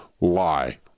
lie